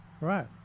right